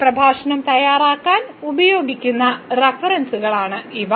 ഈ പ്രഭാഷണം തയ്യാറാക്കാൻ ഉപയോഗിക്കുന്ന റഫറൻസുകളാണ് ഇവ